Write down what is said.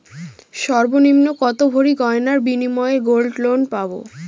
সর্বনিম্ন কত ভরি গয়নার বিনিময়ে গোল্ড লোন পাব?